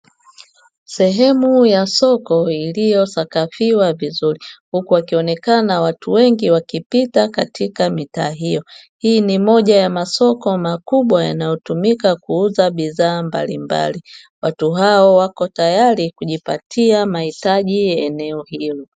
Sehemu ya soko iliyosakafiwa vizuri huku wakionekana watu wengi wakipita katika mitaa hiyo, hii ni moja ya masoko makubwa yanayotumika kuuza bidhaa mbalimbali. Watu hao wako tayari kujipatia mahitaji ya eneo hili.